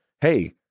hey